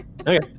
okay